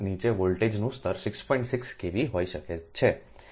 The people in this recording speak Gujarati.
6 kV હોઈ શકે છે કેટલાક કિસ્સાઓમાં પણ 3